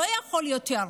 לא יכול יותר.